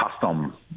custom